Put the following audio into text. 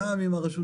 גם עם הרשות